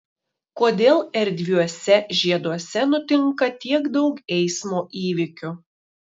kodėl erdviuose žieduose nutinka tiek daug eismo įvykių